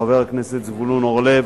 חבר הכנסת זבולון אורלב,